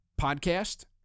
podcast